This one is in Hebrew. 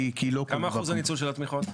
כמה אחוז הניצול של התמיכות?